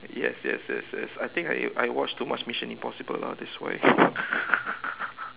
yes yes yes yes I think I I watch too much mission impossible ah that's why